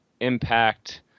impact